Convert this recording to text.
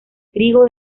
trigo